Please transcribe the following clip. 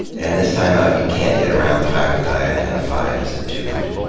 and this time out you can't get around the fact that i identify as a dude.